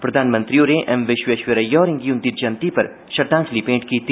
प्रधानमंत्री होरें एम विश्वेश्वरैया होरें गी उन्दी जयंती पर श्रद्वांजलि भेंट कीती